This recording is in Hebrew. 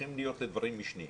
הופכים להיות לדברים משנים.